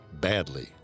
badly